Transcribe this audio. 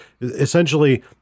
Essentially